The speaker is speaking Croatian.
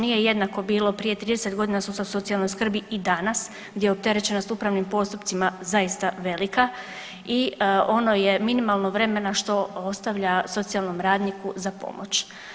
Nije jednako bilo prije 30 godina sustav socijalne skrbi i danas gdje je opterećenost upravnim postupcima zaista velika i ono je minimalno vremena što ostavlja socijalnom radniku za pomoć.